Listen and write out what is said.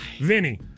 Vinny